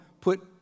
put